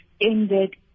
ended